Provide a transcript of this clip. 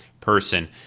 person